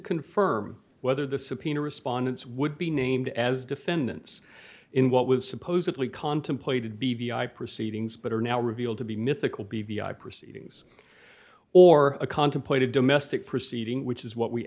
confirm whether the subpoena respondents would be named as defendants in what was supposedly contemplated b v i proceedings but are now revealed to be mythical b v i proceedings or a contemplated domestic proceeding which is what we